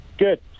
Good